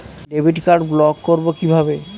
Debit card block করব কিভাবে?